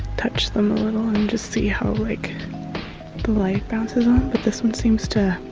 touch them a little and just see how like the light bounces off, but this one seems to